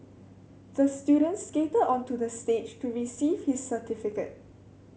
the student skated onto the stage to receive his certificate